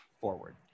forward